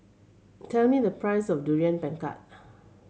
tell me the price of Durian Pengat